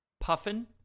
puffin